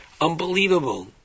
Unbelievable